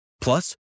Plus